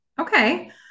okay